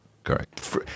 Correct